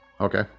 Okay